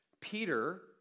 Peter